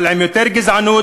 אבל עם יותר גזענות,